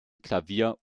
klavier